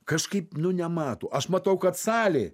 kažkaip nu nemato aš matau kad salė